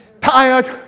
tired